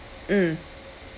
mm